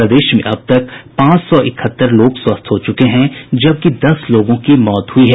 प्रदेश में अब तक पांच सौ इकहत्तर लोग स्वस्थ हो चुके हैं जबकि दस लोगों की मौत हो चुकी है